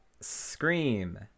Scream